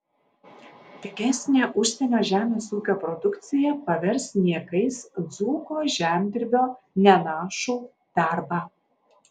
pigesnė užsienio žemės ūkio produkcija pavers niekais dzūko žemdirbio nenašų darbą